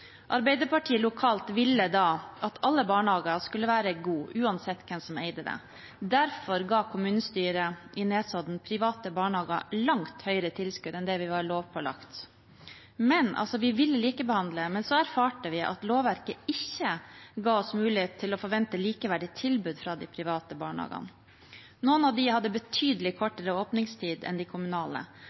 Arbeiderpartiet lokalt ville at alle barnehager skulle være gode, uansett hvem som eide dem. Derfor ga kommunestyret i Nesodden private barnehager langt høyere tilskudd enn det vi var lovpålagt. Vi ville likebehandle. Men så erfarte vi at lovverket ikke ga oss mulighet til å forvente likeverdige tilbud fra de private barnehagene. Noen av dem hadde betydelig kortere åpningstid enn de kommunale,